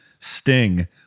sting